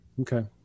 Okay